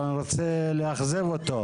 אבל אני רוצה לאכזב אותו.